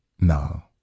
no